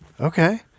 Okay